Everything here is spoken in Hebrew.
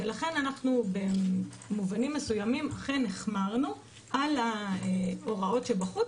ולכן אנחנו במובנים מסוימים אכן החמרנו על ההוראות שבחוץ,